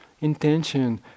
intention